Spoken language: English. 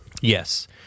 Yes